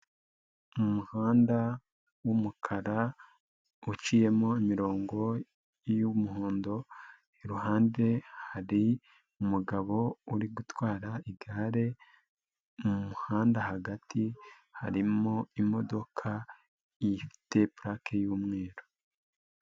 Umumuhanda w'umukara uciyemo imirongo y'umuhondo, iruhande hari umugabo uri gutwara igare, mu muhanda hagati harimo imodoka ifite pulake y'umweru.